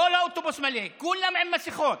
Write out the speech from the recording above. כל האוטובוס מלא, כולם עם מסכות.